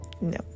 no